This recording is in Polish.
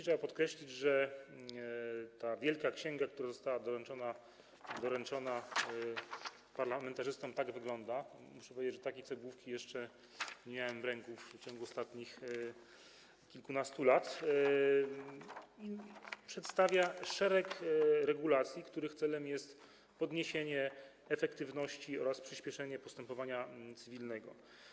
Trzeba podkreślić, że ta wielka księga, która została doręczona parlamentarzystom - tak wygląda, muszę powiedzieć, że takiej cegłówki jeszcze nie miałem w ręku w ciągu ostatnich kilkunastu lat - przedstawia szereg regulacji, których celem jest podniesienie efektywności oraz przyspieszenie postępowania cywilnego.